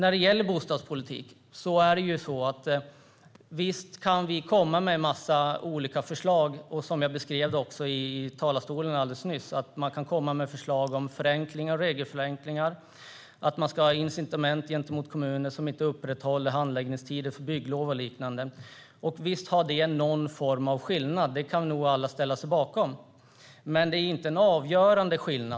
Vi kan komma med en massa olika bostadspolitiska förslag. Jag beskrev alldeles nyss från talarstolen att man kan lägga fram förslag om regelförenklingar, om incitament gentemot kommuner som inte upprätthåller handläggningstider för bygglov och liknande. Det gör en viss skillnad, det kan nog alla ställa sig bakom, men skillnaden är inte avgörande.